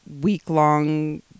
week-long